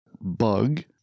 Bug